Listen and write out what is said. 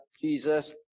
Jesus